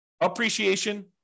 appreciation